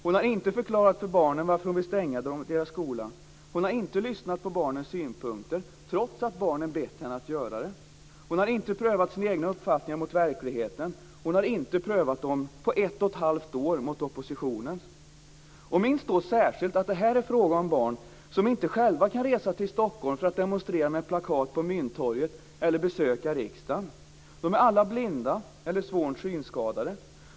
Hon har inte förklarat för barnen varför hon vill stänga deras skola. Hon har inte lyssnat på barnens synpunkter trots att barnen har bett henne att göra det. Hon har inte prövat sina egna uppfattningar mot verkligheten. Hon har under ett och ett halvt år heller inte prövat dem mot oppositionens. Minns då särskilt att det är fråga om barn som inte själva kan resa till Stockholm för att med plakat demonstrera på Mynttorget eller besöka riksdagen. De är alla blinda eller svårt synskadade.